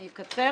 אני אקצר,